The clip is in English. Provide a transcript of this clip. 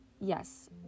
yes